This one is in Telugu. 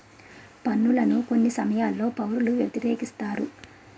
పన్నులను కొన్ని సమయాల్లో పౌరులు వ్యతిరేకిస్తారు